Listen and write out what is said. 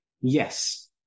yes